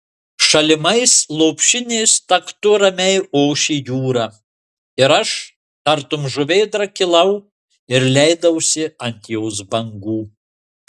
šalimais lopšinės taktu ramiai ošė jūra ir aš tartum žuvėdra kilau ir leidausi ant jos bangų